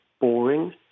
boring